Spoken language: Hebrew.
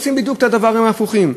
עושים בדיוק דברים הפוכים.